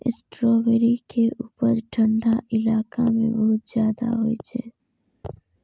strawberry के उपज ठंढा इलाका मे बहुत ज्यादा होइ छै